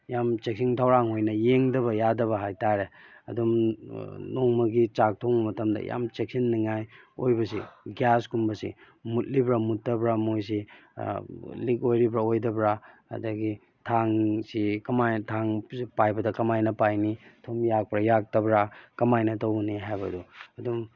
ꯌꯥꯝ ꯆꯦꯛꯁꯤꯟ ꯊꯧꯔꯥꯡ ꯑꯣꯏꯅ ꯌꯦꯡꯗꯕ ꯌꯥꯗꯕ ꯍꯥꯏ ꯇꯥꯔꯦ ꯑꯗꯨꯝ ꯅꯣꯡꯃꯒꯤ ꯆꯥꯛ ꯊꯣꯡꯕ ꯃꯇꯝꯗ ꯌꯥꯝ ꯆꯦꯛꯁꯤꯉꯥꯏ ꯑꯣꯏꯕꯁꯦ ꯒ꯭ꯌꯥꯁꯀꯨꯝꯕꯁꯦ ꯃꯨꯠꯂꯤꯕ꯭ꯔꯥ ꯃꯨꯠꯇꯕ꯭ꯔꯥ ꯃꯣꯏꯁꯤ ꯂꯤꯛ ꯑꯣꯏꯔꯤꯕ꯭ꯔꯥ ꯑꯣꯏꯗꯕ꯭ꯔꯥ ꯑꯗꯒꯤ ꯊꯥꯡꯁꯤ ꯀꯃꯥꯏꯅ ꯊꯥꯡ ꯄꯥꯏꯕꯗ ꯀꯃꯥꯏꯅ ꯄꯥꯏꯅꯤ ꯊꯨꯝ ꯌꯥꯛꯄ꯭ꯔꯥ ꯌꯥꯛꯇꯕ꯭ꯔꯥ ꯀꯃꯥꯏꯅ ꯇꯧꯒꯅꯤ ꯍꯥꯏꯕꯗꯨ ꯑꯗꯨꯝ